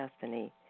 destiny